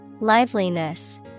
Liveliness